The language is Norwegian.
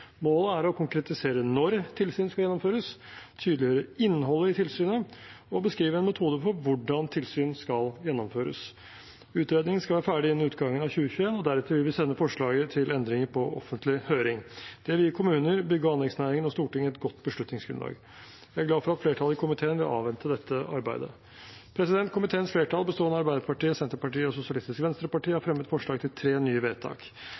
Målet er å konkretisere når tilsynet skal gjennomføres, tydeliggjøre innholdet i tilsynet og beskrive en metode for hvordan tilsynet skal gjennomføres. Utredningen skal være ferdig innen utgangen av 2021, og deretter vil vi sende forslaget til endringer på offentlig høring. Det vil gi kommuner, bygg- og anleggsnæringen og Stortinget et godt beslutningsgrunnlag, og jeg er glad for at flertallet i komiteen vil avvente dette arbeidet. Komiteens flertall, bestående av Arbeiderpartiet, Senterpartiet og Sosialistisk Venstreparti, har fremmet forslag til tre nye vedtak.